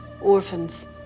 orphans